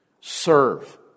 Serve